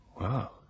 Wow